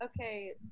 okay